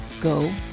go